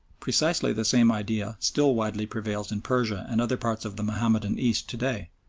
precisely the same idea still widely prevails in persia and other parts of the mahomedan east to-day,